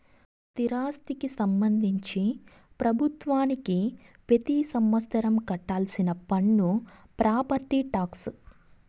స్థిరాస్తికి సంబంధించి ప్రభుత్వానికి పెతి సంవత్సరం కట్టాల్సిన పన్ను ప్రాపర్టీ టాక్స్